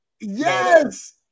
Yes